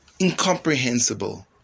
incomprehensible